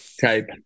type